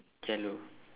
yellow